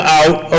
out